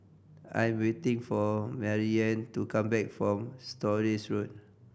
I'm waiting for Maryanne to come back from Stores Road